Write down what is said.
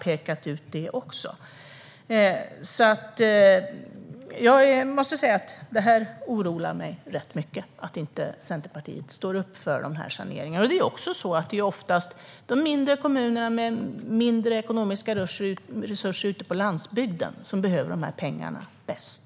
Det oroar mig rätt mycket att Centerpartiet inte står upp för saneringarna. Det är dessutom ofta mindre landsbygdskommuner med små ekonomiska resurser som behöver dessa pengar bäst.